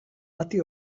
bati